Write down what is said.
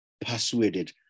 persuaded